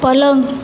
पलंग